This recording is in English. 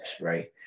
right